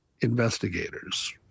investigators